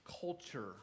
culture